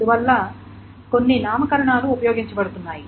అందువల్ల కొన్ని నామకరణాలు ఉపయోగించబడుతున్నాయి